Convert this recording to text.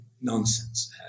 nonsense